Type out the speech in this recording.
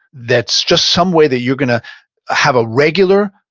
that's just some way that you're going to have a regular